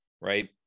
right